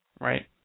right